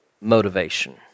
motivation